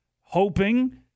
hoping